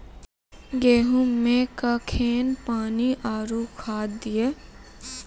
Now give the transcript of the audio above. गेहूँ मे कखेन पानी आरु खाद दिये?